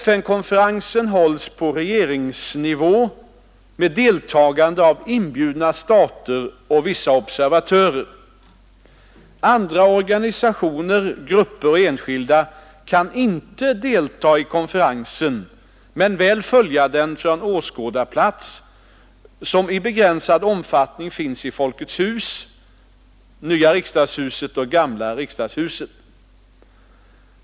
FN-konferensen hålls på regeringsnivå med deltagande av inbjudna stater och vissa observatörer. Andra organisationer, grupper och enskilda kan inte delta i konferensen men väl följa den från de åskådarplatser som i begränsad omfattning finns i Folkets hus, nya riksdagshuset och gamla riksdagshuset.